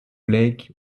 lake